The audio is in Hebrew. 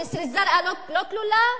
ג'סר-א-זרקא לא כלולה?